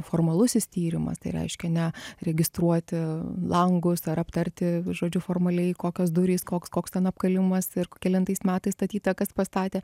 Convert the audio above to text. formalusis tyrimas tai reiškia ne registruoti langus ar aptarti žodžiu formaliai kokios durys koks koks ten apkalimas ir kelintais metais statyta kas pastatė